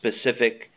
specific